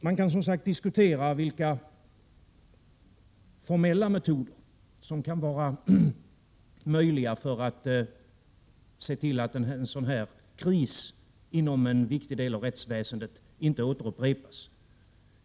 Man kan som sagt diskutera vilka formella metoder som kan vara möjliga för att se till att en sådan här kris inom en viktig del av rättsväsendet inte återupprepas.